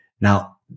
Now